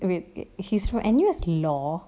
wait he's from N_U_S law